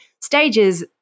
stages